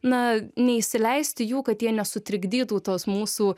na neįsileisti jų kad jie nesutrikdytų tos mūsų